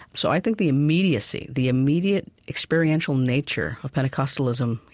so i think the immediacy, the immediate experiential nature of pentecostalism,